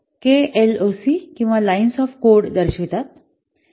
KLOC kilo lines of code दर्शवितात